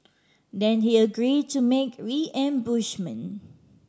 then he agree to make reimbursement